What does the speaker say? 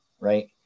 right